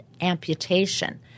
amputation